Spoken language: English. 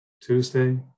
Tuesday